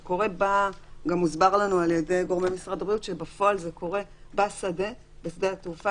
גם הוסבר לנו על ידי גורמי משרד הבריאות שבפועל זה קורה בשדה התעופה